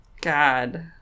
God